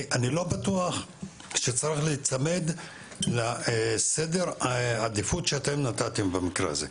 אני לא בטוח שצריך להיצמד לסדר העדיפות שאתם נתתם במקרה הזה.